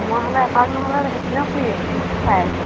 সময় হ'লে এপাক নহ'লে সেইপিনেও ফুৰি আহিম চাই আহিম